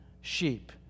sheep